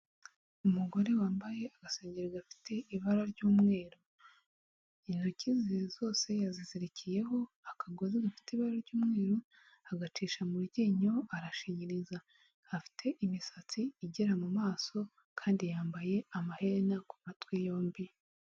Umugore wambaye agasengeri gafite ibara ry'umweru, intoki ze zose yazizirikiyeho akagozi gafite ibara ry'umweruru agacisha mu ryinyo arashinyiriza ,afite imisatsi igera mu maso kandi yambaye amaherena ku matwi yombi